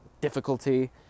difficulty